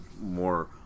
more